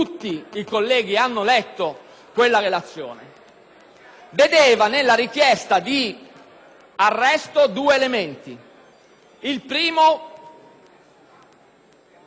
vedeva nella richiesta di arresto due elementi. Il primo: che esisteva un fondato motivo di